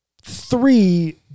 three